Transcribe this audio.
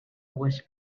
was